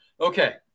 Okay